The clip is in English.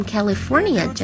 California